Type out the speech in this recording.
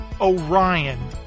Orion